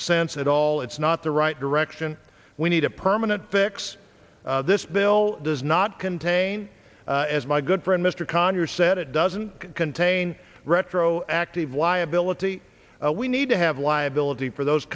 sense at all it's not the right direction we need a permanent fix this bill does not contain as my good friend mr conyers said it doesn't contain retroactive liability we need to have liability for those